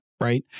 right